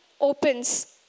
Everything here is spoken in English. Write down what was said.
opens